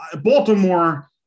Baltimore